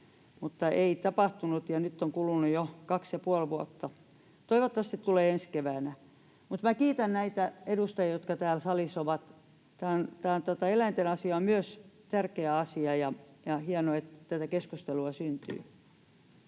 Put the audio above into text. näin ei tapahtunut, ja nyt on kulunut jo kaksi ja puoli vuotta. Toivottavasti se tulee ensi keväänä. Kiitän näitä edustajia, jotka täällä salissa ovat. Myös eläinten asia on tärkeä asia, ja hienoa, että keskustelua syntyy.